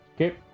Okay